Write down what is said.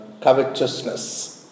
covetousness